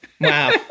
Wow